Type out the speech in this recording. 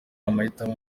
amahitamo